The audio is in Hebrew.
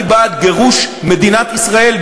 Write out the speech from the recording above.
אני בעד גירוש מדינת ישראל,